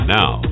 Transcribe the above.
now